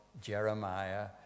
Jeremiah